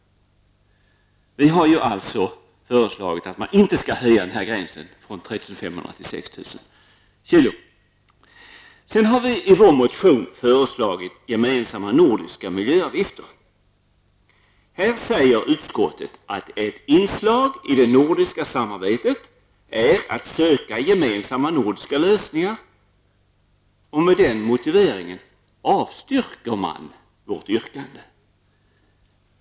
Vi har alltså föreslagit att det beträffande nuvarande skattepliktsgräns, som är 3 500 kg, inte skall ske någon höjning till 6 000 kg. Sedan har vi i vår motion föreslagit gemensamma nordiska miljöavgifter. Här säger utskottet att ett inslag i det nordiska samarbetet är att söka gemensamma nordiska lösningar. Med den motiveringen avstyrker man vårt yrkande.